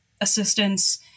assistance